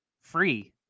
free